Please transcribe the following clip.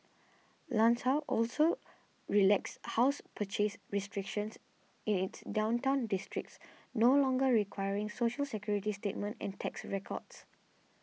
Lanzhou also relaxed house purchase restrictions in its downtown districts no longer requiring Social Security statement and tax records